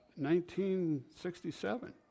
1967